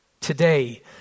today